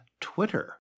Twitter